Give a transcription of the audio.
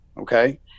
Okay